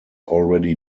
already